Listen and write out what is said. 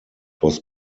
was